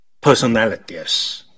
personalities